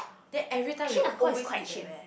then everytime we will always eat there